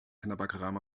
knabberkram